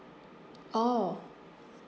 orh